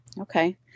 Okay